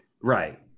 right